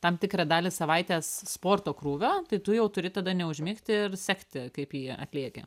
tam tikrą dalį savaitės sporto krūvio tai tu jau turi tada neužmigti ir sekti kaip jį atlieki